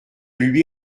lui